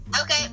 Okay